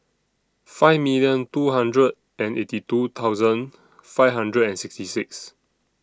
five million two hundred and eighty two thousand five hundred and sixty six